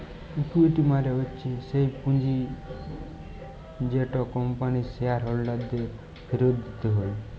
equity মালে হচ্যে স্যেই পুঁজিট যেট কম্পানির শেয়ার হোল্ডারদের ফিরত দিতে হ্যয়